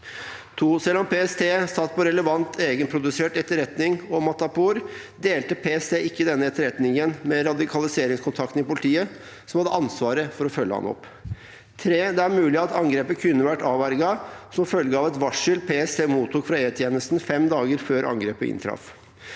2. Selv om PST satt på relevant egenprodusert etterretning om Matapour, delte ikke PST denne etterretningen med radikaliseringskontaktene i politiet, som hadde ansvaret for å følge ham opp. 3. Det er mulig at angrepet kunne vært avverget som følge av et varsel PST mottok fra E-tjenesten fem dager før angrepet inntraff.